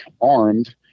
armed